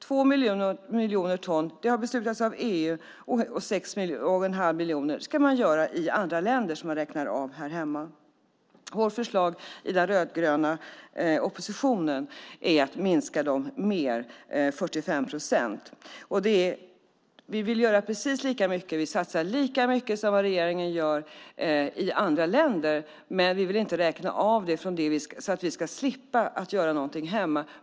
Två miljoner ton har beslutats av EU, och sex och en halv miljon gäller sådant man ska göra i andra länder och räkna av här hemma. Vårt förslag från den rödgröna oppositionen är att minska dem mer, med 45 procent. Vi vill göra precis lika mycket. Vi satsar lika mycket som regeringen gör i andra länder, men vi vill inte räkna av det så att vi ska slippa göra någonting hemma.